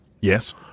Yes